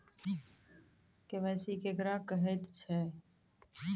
KYC केकरा कहैत छै?